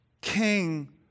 King